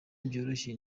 byoroshye